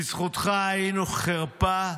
בזכותך היינו חרפה,